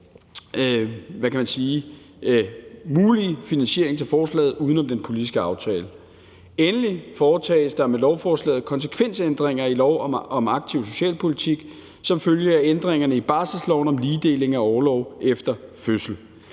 mulige finansiering til forslaget uden om den politiske aftale. Endelig foretages der med lovforslaget konsekvensændringer i lov om aktiv socialpolitik som følge af ændringerne i barselsloven om ligedeling af orlov efter fødsel.